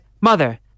Mother